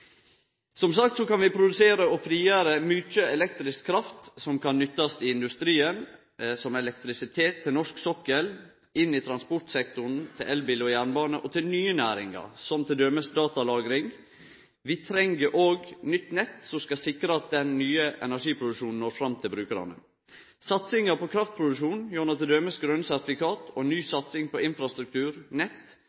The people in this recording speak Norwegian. Som sagt kan vi produsere og frigjere mykje elektrisk kraft som kan nyttast i industrien, som elektrisitet til norsk sokkel, i transportsektoren til elbil og jernbane og til nye næringar, som t.d. datalagring. Vi treng òg nytt nett som skal sikre at den nye energiproduksjonen når fram til brukarane. Satsinga på kraftproduksjon gjennom t.d. grøne sertifikat og ny